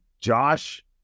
Josh